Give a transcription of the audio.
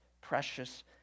precious